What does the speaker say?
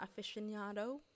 aficionado